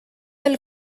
del